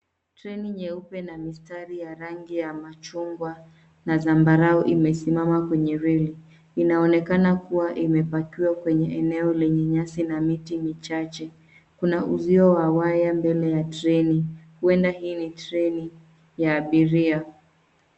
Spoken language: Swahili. Treni nyeupe na mistari ya rangi ya machungwa na zambarau imesimama kwenye reli. Inaonekana kuwa imepakiwa kwenye eneo lenye nyasi na miti michache. Kuna uzio wa waya mbele ya treni . Huenda hii ni treni ya abiria.